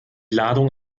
ladung